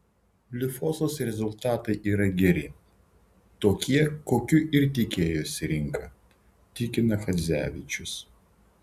lifosos rezultatai yra geri tokie kokių ir tikėjosi rinka tikina chadzevičius